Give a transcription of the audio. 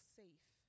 safe